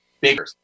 bigger